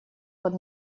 под